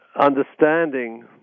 understanding